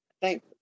Thank